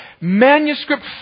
manuscript